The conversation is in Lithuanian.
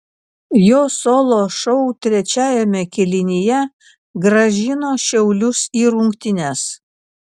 jo solo šou trečiajame kėlinyje grąžino šiaulius į rungtynes